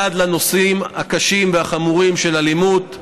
עד לנושאים הקשים והחמורים של אלימות.